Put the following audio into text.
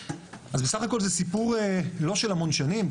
אז בסך הכל זה סיפור לא של המון שנים,